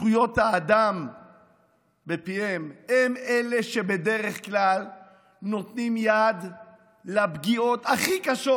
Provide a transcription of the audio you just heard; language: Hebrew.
זכויות האדם בפיהם הם אלה שבדרך כלל נותנים יד לפגיעות הכי קשות